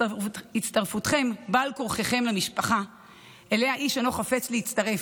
הצטרפתם בעל כורחכם למשפחה שאליה איש אינו חפץ להצטרף,